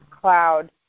cloud